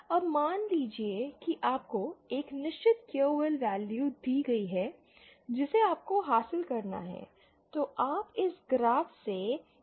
अब मान लीजिए कि आपको एक निश्चित QL वैल्यू दी गई है जिसे आपको हासिल करना है तो आप इस ग्राफ से XCRZ0 पा सकते हैं